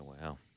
wow